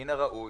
מן הראוי